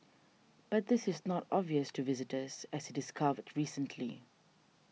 but this is not obvious to visitors as discovered recently